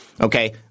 okay